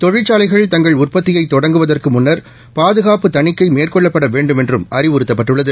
தொழிற்சாலைகள் தங்கள் உற்பத்தியை தொடங்குவதற்கு முன்னர் பாதுகாப்பு தணிக்கை மேற்கொள்ளப்பட வேண்டுமென்றும் அறிவுறுத்தப்பட்டுள்ளது